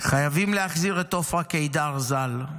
חייבים להחזיר את עופרה קידר ז"ל,